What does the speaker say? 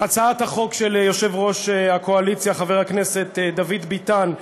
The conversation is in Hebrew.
הצעת החוק של יושב-ראש הקואליציה חבר הכנסת דוד ביטן,